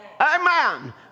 Amen